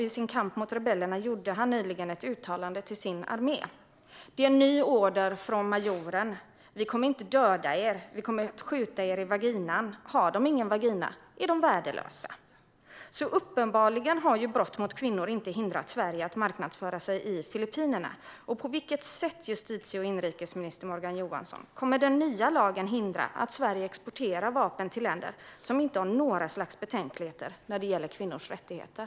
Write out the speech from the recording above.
I sin kamp mot rebellerna gjorde han också nyligen ett uttalande till sin armé: Det är en ny order från majoren. Vi kommer inte att döda er. Vi kommer att skjuta er i vaginan. Han fortsatte med att säga att kvinnor utan vagina är värdelösa. Uppenbarligen har brott mot kvinnor inte hindrat Sverige att marknadsföra sig i Filippinerna. På vilket sätt, justitie och inrikesminister Morgan Johansson, kommer den nya lagen att hindra att Sverige exporterar vapen till länder som inte har några som helst betänkligheter när det gäller kvinnors rättigheter?